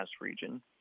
region